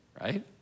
right